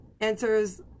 answers